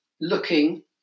looking